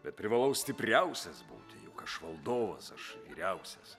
bet privalau stipriausias būti juk aš valdovas aš vyriausias